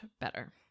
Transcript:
better